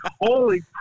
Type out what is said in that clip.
Holy